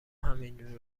همینجوره